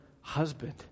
husband